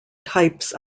types